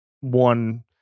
one